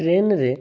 ଟ୍ରେନ୍ରେ